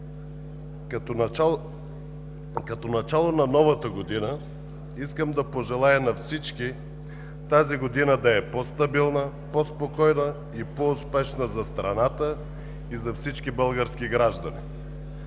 Като начало на новата година, искам да пожелая на всички тази година да е по-стабилна, по-спокойна и по успешна за страната и за всички български граждани!